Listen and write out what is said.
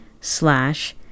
slash